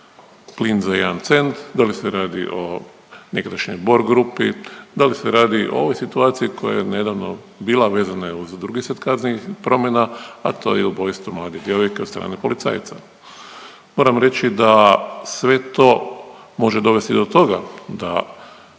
plin za jedan cent, da li se radi o nekadašnjoj Borg grupi, da li se radi o ovoj situaciji koja je nedavno bila, a vezana je uz set kaznenih promjena, a to je ubojstvo mlade djevojke od strane policajca. Moram reći da sve to može dovesti do toga da